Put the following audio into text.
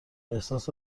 احساس